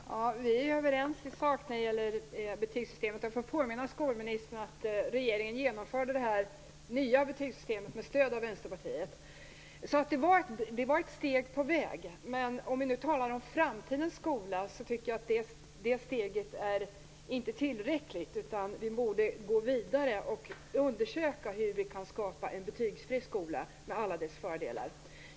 Fru talman! Vi är överens i sak när det gäller betygssystemet. Jag får påminna skolministern om att regeringen genomförde det nya betygssystemet med stöd av Vänsterpartiet. Det var ett steg på väg. Men om vi nu talar om framtidens skola tycker jag att detta steg inte är tillräckligt, utan vi borde gå vidare och undersöka hur vi kan skapa en betygsfri skola med alla dess fördelar.